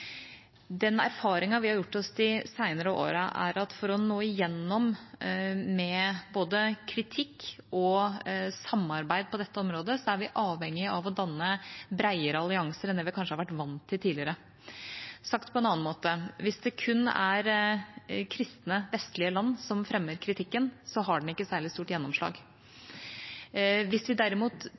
Den erfaringen vi har gjort oss de senere årene, er at for å nå igjennom med både kritikk og samarbeid på dette området, er vi avhengig av å danne bredere allianser enn det vi kanskje har vært vant til tidligere. Sagt på en annen måte: Hvis det kun er kristne, vestlige land som fremmer kritikken, har den ikke særlig stort gjennomslag. Hvis vi derimot